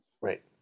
Right